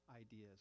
ideas